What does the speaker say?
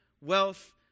wealth